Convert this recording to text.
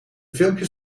filmpjes